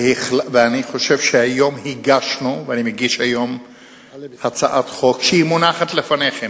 ואני מגיש היום את הצעת החוק שמונחת לפניכם.